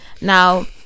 now